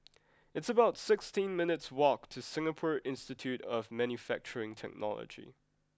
It's about sixteen minutes' walk to Singapore Institute of Manufacturing Technology